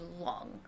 long